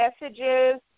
messages